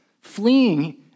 fleeing